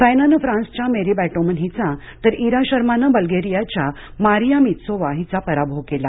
साईनानं फ्रान्सच्या Marie Batomene हिचा तर ईरा शर्माने बल्गेरियाच्या मारिया मित्सोवा हिचा पराभव केला